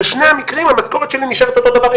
בשני המקרים המשכורת שלי נשארת אותו דבר,